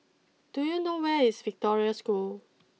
do you know where is Victoria School